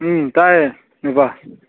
ꯎꯝ ꯇꯥꯏꯌꯦ ꯅꯨꯄꯥ